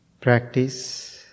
Practice